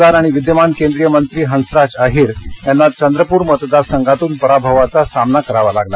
भाजपाचे खासदार आणि विद्यमान केंद्रीय मंत्री हंसराज अहीर यांना चंद्रपूर मतदारसंघातून पराभवाचा सामना करावा लागला